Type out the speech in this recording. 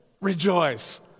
rejoice